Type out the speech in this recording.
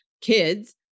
kids